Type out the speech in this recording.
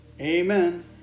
Amen